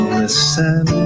listen